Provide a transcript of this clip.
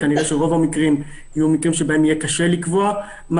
כנראה ברוב המקרים יהיה קשה לקבוע מה